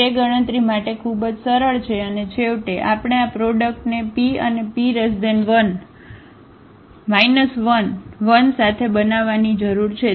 તેથી તે ગણતરી માટે ખૂબ જ સરળ છે અને છેવટે આપણે આ પ્રોડક્ટને p અનેP 11 સાથે બનાવવાની જરૂર છે